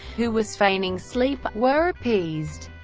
who was feigning sleep, were appeased,